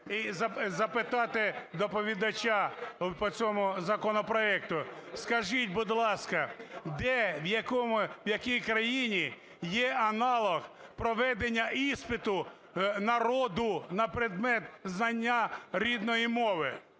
і запитати доповідача по цьому законопроекту. Скажіть, будь ласка, де, в якій країні є аналог проведення іспиту народу на предмет знання рідної мови?